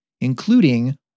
including